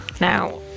Now